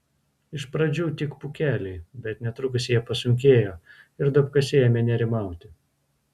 iš pradžių tik pūkeliai bet netrukus jie pasunkėjo ir duobkasiai ėmė nerimauti